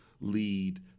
lead